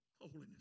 Holiness